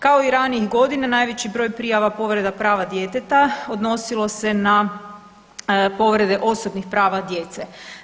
Kao i ranijih godina najveći broj prijava povreda prava djeteta odnosilo se na povrede osobnih prava djece.